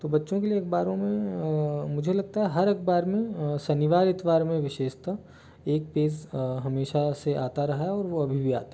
तो बच्चों के लिए अखबारों में मुझे लगता है हर अखबार में शनिवार इतवार में विशेषतः एक पेज हमेशा से आता रहा है और वो अभी भी आता है